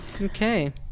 Okay